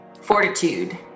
Fortitude